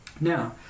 Now